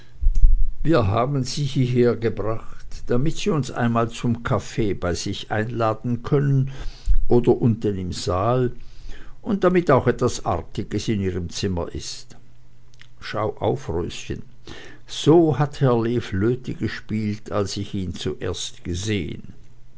wir haben sie hierhergebracht damit sie uns einmal zum kaffee bei sich einladen können oder unten im saal und damit auch etwas artiges in ihrem zimmer ist schau auf röschen so hat herr lee flöte gespielt als ich ihn zuerst gesehen